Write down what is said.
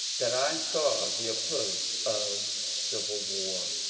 that i saw the approach of civil war.